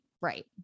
right